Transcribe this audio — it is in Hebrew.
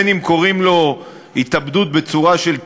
בין שקוראים לו התאבדות בצורה של תלייה,